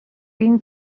این